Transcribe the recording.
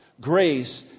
Grace